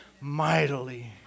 mightily